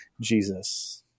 Jesus